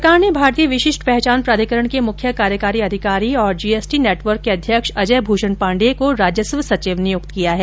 सरकार ने भारतीय विशिष्ट पहचान प्राधिकरण के मुख्य कार्यकारी अधिकारी और जीएसटी नेटवर्क के अध्यक्ष अजय भूषण पांडेय को राजस्व सचिव नियुक्त किया है